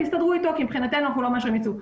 תסתדרו אתו כי מבחינתנו אנחנו לא מאשרים יצוא.